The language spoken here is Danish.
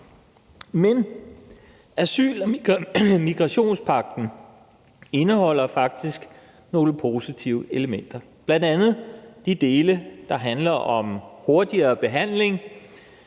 Men asyl- og migrationspagten indeholder faktisk nogle positive elementer, bl.a. de dele, der handler om hurtigere behandling